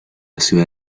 ciudad